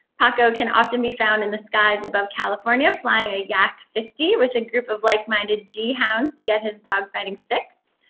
paco can often be found in the skies above california flying a yak fifty with a group of like minded ghounds to get his dog fighting fix.